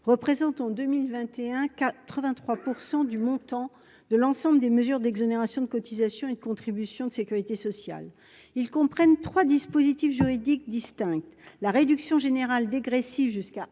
représentent en 2021 83 % du montant de l'ensemble des mesures d'exonération de cotisations et contributions de Sécurité sociale, ils comprennent 3 dispositifs juridiques distinctes, la réduction générale dégressif jusqu'à